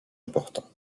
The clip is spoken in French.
important